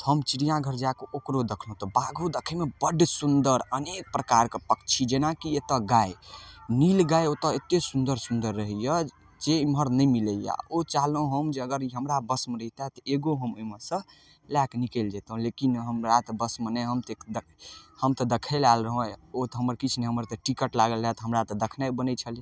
तऽ हम चिड़िया घर जाके ओकरो देखलहुँ तऽ बाघो देखयमे बड सुन्दर अनेक प्रकारके पक्षी जेना की एतऽ गाय नील गाय ओतऽ एते सुन्दर सुन्दर रहैये जे एम्हर नहि मिलैये ओ चाहलहुँ हम जे अगर ई हमरा बसमे रहितै तऽ एगो हम अइमे सँ लअ कऽ निकालि जैतहुँ लेकिन हमरा तऽ बसमे नहि हम तऽ देखय लए आयल रहौं ओ तऽ हमर किछु ने किछु हमर तऽ टिकट लागल रहै तऽ हमरा तऽ देखनाइ बनै छलै